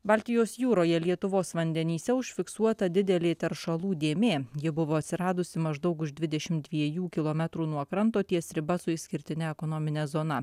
baltijos jūroje lietuvos vandenyse užfiksuota didelė teršalų dėmė ji buvo atsiradusi maždaug už dvidešim dviejų kilometrų nuo kranto ties riba su išskirtine ekonomine zona